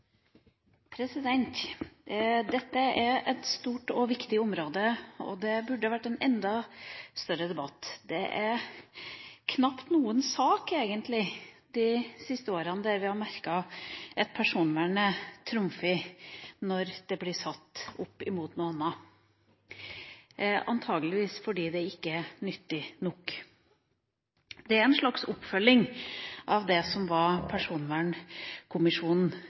et stort og viktig område, og det burde ha vært en enda større debatt. Det er knapt noen sak, egentlig, de siste åra der vi har merket at personvernet trumfer når det blir satt opp mot noe annet – antakeligvis fordi det ikke er nyttig nok. Det er en slags oppfølging av Personvernkommisjonens forslag, sjøl om det